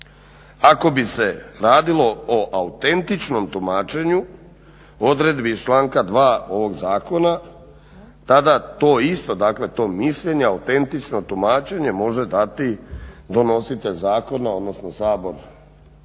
Ako bi se radilo o autentičnom tumačenju odredbi iz članka 2. ovog zakona tada to isto, dakle to mišljenje autentično tumačenje može dati donositelj zakona odnosno Sabor